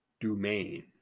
Domain